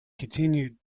continued